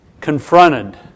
confronted